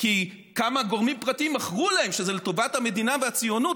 כי כמה גורמים פרטיים מכרו להם שזה לטובת המדינה והציונות,